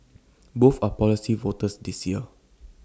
both are policy voters this year